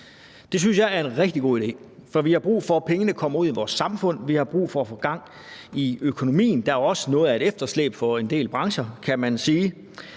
Det synes jeg er en rigtig god idé, for vi har brug for, at pengene kommer ud i vores samfund. Vi har brug for at få gang i økonomien. Der er også noget af et efterslæb for en del brancher, kan man sige.